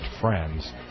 friends